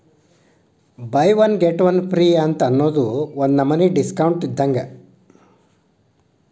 by one get one free ಅಂತ್ ಅನ್ನೂದು ಒಂದ್ ನಮನಿ ಡಿಸ್ಕೌಂಟ್ ಅದ